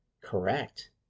correct